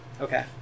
Okay